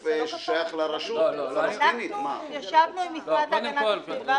אנחנו ישבנו עם המשרד להגנת הסביבה